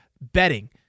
betting